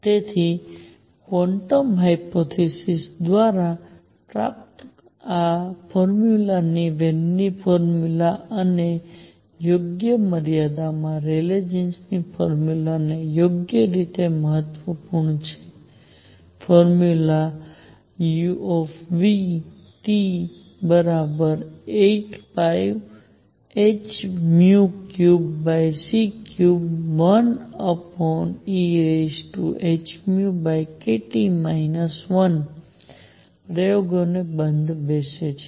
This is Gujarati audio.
તેથી ક્વોન્ટમ હાયપોથેસિસ દ્વારા પ્રાપ્ત આ ફોર્મ્યુલા વેન ની ફોર્મ્યુલા અને યોગ્ય મર્યાદાઓમાં રેલે જીનની ફોર્મ્યુલા ને યોગ્ય રીતે વધુ મહત્વપૂર્ણ છે ફોર્મ્યુલા u 8πhν3c31 ehνkT 1 પ્રયોગોને બંધ બેસે છે